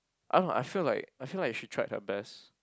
I don't know I feel like I feel like she tried her best